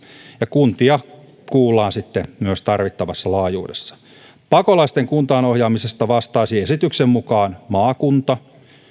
kuntia kuullaan sitten myös tarvittavassa laajuudessa pakolaisten kuntaan ohjaamisesta vastaisi esityksen mukaan maakunta